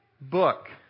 book